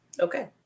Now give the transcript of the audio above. Okay